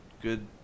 good